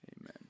amen